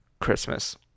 christmas